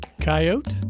coyote